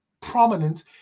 prominent